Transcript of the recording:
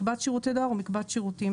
מקבץ שירותי דואר ומקבץ שירותים.